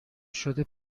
شده